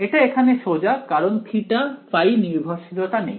এটা এখানে সোজা কারণ কোন θ ϕ নির্ভরশীলতা নেই